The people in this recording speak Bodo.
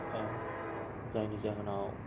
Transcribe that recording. जायनि जाहोनाव